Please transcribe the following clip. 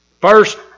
First